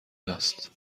است